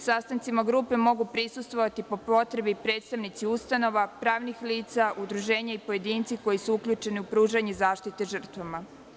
Sastancima grupa mogu prisustvovati, po potrebi, predstavnici ustanova pravnih lica, udruženja, pojedinci koji su uključeni u pružanje zaštite žrtvama.